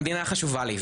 המדינה חשובה לי,